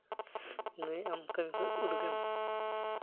ᱱᱟᱹᱭ ᱟᱢ ᱠᱟᱹᱢᱤ ᱠᱷᱚᱡ ᱩᱰᱩᱠᱮᱢ